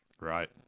Right